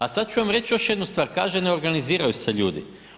A sad ću vam reći još jednu stvar, kaže ne organiziraju se ljudi.